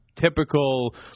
typical